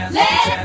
let